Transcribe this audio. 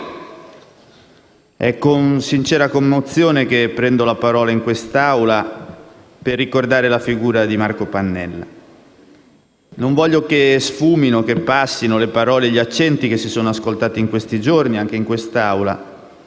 è con sincera commozione che prendo la parola in quest'Assemblea per ricordare la figura di Marco Pannella. Non voglio che sfumino o passino le parole e gli accenti che si sono ascoltati, anche in quest'Assemblea,